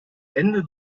ende